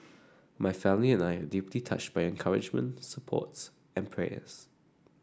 my family and I are deeply touched by your encouragement supports and prayers